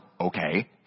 okay